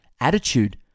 Attitude